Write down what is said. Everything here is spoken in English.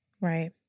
Right